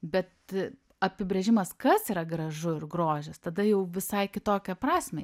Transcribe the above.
bet apibrėžimas kas yra gražu ir grožis tada jau visai kitokią prasmę